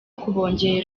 kubongerera